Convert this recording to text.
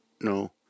no